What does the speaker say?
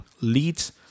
leads